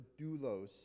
doulos